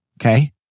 okay